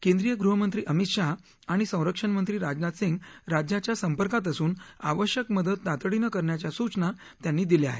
केंद्रीय गृहमंत्री अमित शहा आणि संरक्षणमंत्री राजनाथ सिंग राज्याच्या संपर्कात असून आवश्यक मदत तातडीनं करण्याच्या सूचना त्यांनी दिल्या आहेत